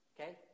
okay